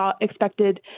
expected